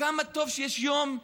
כמה טוב שיש יום,